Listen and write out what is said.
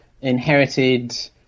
inherited